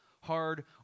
hard